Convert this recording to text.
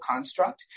construct